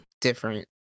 different